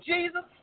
Jesus